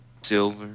silver